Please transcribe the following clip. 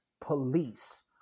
police